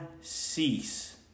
cease